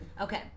Okay